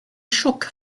shook